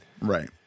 right